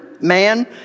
man